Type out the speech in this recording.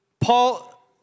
Paul